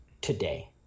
today